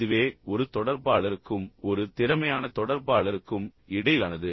இதுவே ஒரு தொடர்பாளருக்கும் ஒரு திறமையான தொடர்பாளருக்கும் இடையிலானது